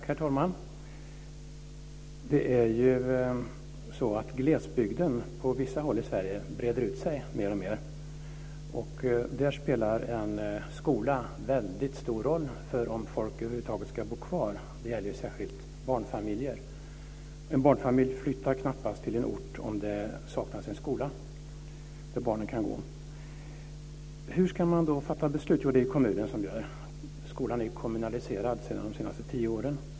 Herr talman! Det är ju så att glesbygden på vissa håll i Sverige breder ut sig mer och mer. Där spelar en skola väldigt stor roll för om folk över huvud taget ska bo kvar, det gäller särskilt barnfamiljer. En barnfamilj flyttar knappast till en ort om där saknas en skola som barnen kan gå i. Hur ska man då fatta beslut? Jo, det är kommunen som gör det. Skolan är ju kommunaliserad sedan tio år.